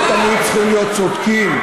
לא תמיד צריכים להיות צודקים.